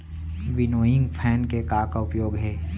Winnowing fan के का का उपयोग हे?